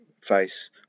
face